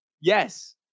Yes